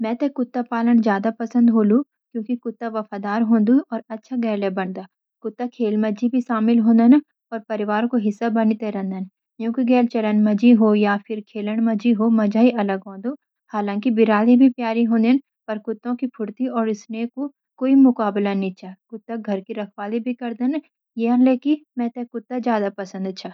मेते कुत्ता पालन जादा पसंद होलू, क्योंकि कुत्ता वफ़ादार होंडु और अच्छा गेल्या बन दा। कुत्ता खेल माजी भी शामिल होडन और परिवार कू हिसा बानी ते रन डान। यूंकी गेल चलन माजी हो याफिर खेलन माजी हो मजा ही अलग आउंदु छा। हालांकी बिराली भी प्यारी होंदी पर कुत्तों की फुर्ती और स्नेह कू कुई मुकाबला नी छा। कुत्ता घर की रखवाली भी करदन। यनलेकि मेते कुत्ता जादा पसंद छा.